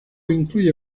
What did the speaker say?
incluye